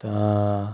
तां